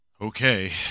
okay